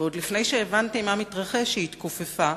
עוד לפני שהבנתי מה מתרחש, היא התכופפה,